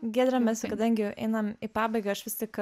giedre mes kadangi einam į pabaigą aš vis tik